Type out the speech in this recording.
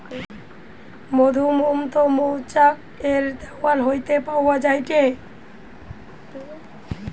মধুমোম টো মৌচাক এর দেওয়াল হইতে পাওয়া যায়টে